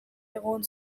egon